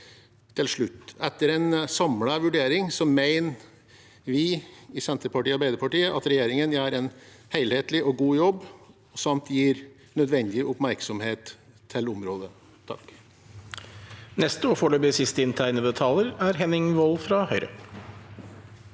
Til slutt: Etter en samlet vurdering mener vi i Senterpartiet og Arbeiderpartiet at regjeringen gjør en helhetlig og god jobb samt gir nødvendig oppmerksomhet til området.